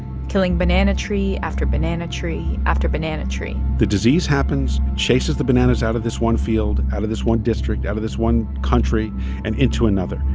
killing banana tree after banana tree after banana tree the disease happens. it chases the bananas out of this one field, out of this one district, out of this one country and into another.